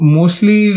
Mostly